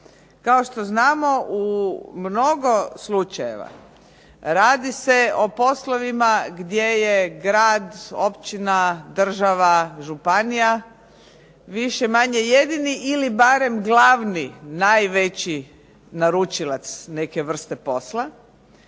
Kao što znamo, u mnogo slučajeva radi se o poslovima gdje je grad, općina, država, županija, više-manje jedini ili barem glavni najveći naručilac neke vrste posla.